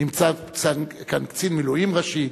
נמצא כאן קצין מילואים ראשי,